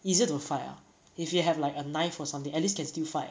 easier to fight ah if you have like a knife or something at least can still fight